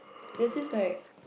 this is like